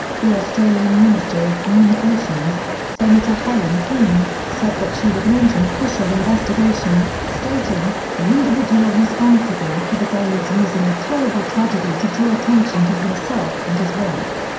the australian minister of communications, senator helen coonan, said that she would launch an official investigation, stating, the individual responsible for the game is using a terrible tragedy to draw attention to himself and his work.